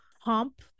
hump